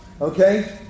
Okay